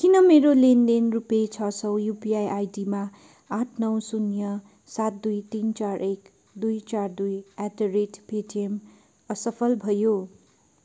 किन मेरो लेनदेन रुपियाँ छ सौ युपिआई आइडीमा आठ नौ शून्य सात दुई तिन चार एक दुई चार दुई एट द रेट पेटिएम असफल भयो